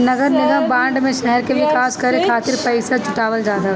नगरनिगम बांड में शहर के विकास करे खातिर पईसा जुटावल जात हवे